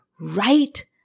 right